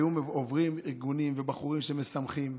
היו עוברים ארגונים ובחורים שמשמחים,